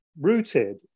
rooted